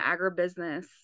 agribusiness